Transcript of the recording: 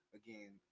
again